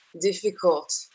difficult